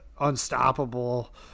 unstoppable